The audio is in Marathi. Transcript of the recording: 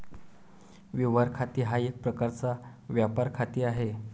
व्यवहार खाते हा एक प्रकारचा व्यापार खाते आहे